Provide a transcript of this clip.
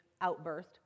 outburst